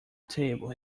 table